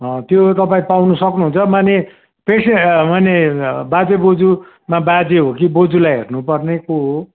त्यो तपाईँ पाउनु सक्नुहुन्छ माने माने बाजे बोजूमा बाजे हो कि बोजूलाई हेर्नुपर्ने को हो